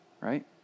Right